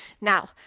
Now